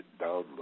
download